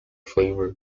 flavor